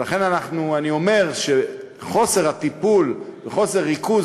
ולכן אני אומר שחוסר הטיפול וחוסר ריכוז